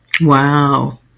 Wow